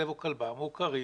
כלב או כלבה מעוקרים,